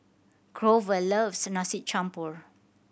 Grover loves Nasi Campur